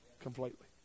completely